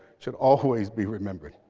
should always be remembered.